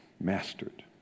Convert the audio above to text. mastered